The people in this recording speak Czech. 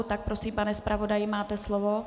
Tak prosím, pane zpravodaji, máte slovo.